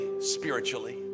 spiritually